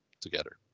together